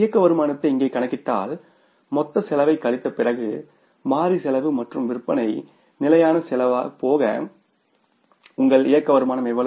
இயக்க வருமானத்தை இங்கே கணக்கிட்டால் மொத்த செலவைக் கழித்த பிறகு மாறி செலவு மற்றும் விற்பனை நிலையான செலவு போக உங்கள் ஆப்ரேட்டிங் இன்கம் எவ்வளவு